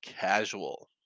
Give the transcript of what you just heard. casual